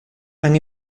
han